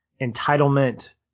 entitlement